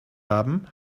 haben